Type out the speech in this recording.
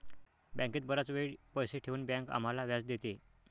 बँकेत बराच वेळ पैसे ठेवून बँक आम्हाला व्याज देते